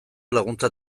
laguntza